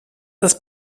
das